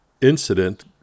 incident